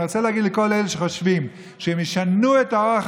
אני רוצה להגיד לכל אלה שחושבים שהם ישנו את אורח